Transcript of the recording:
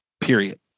period